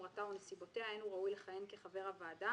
חומרתה או נסיבותיה אין הוא ראוי לכהן כחבר הוועדה,